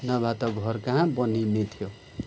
नभए त घर कहाँ बनिने थियो